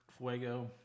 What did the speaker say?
fuego